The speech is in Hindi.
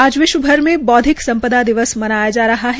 आज विश्वभर में बौद्विक सम्पदा दिवस मनाया जा रहा है